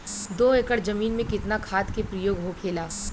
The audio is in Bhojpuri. दो एकड़ जमीन में कितना खाद के प्रयोग होखेला?